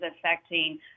affecting